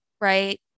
right